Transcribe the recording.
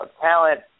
talent